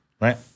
right